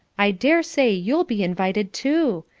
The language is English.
i dare say you'll be invited, too.